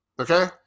Okay